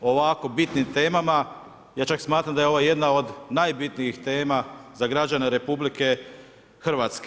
O ovako bitnim temama, ja čak smatram, da je ovo jedna od najbitnijih tema za građenje RH.